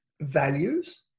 values